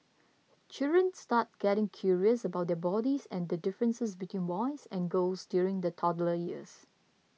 children start getting curious about their bodies and the differences between boys and girls during the toddler years